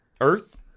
Earth